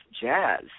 jazz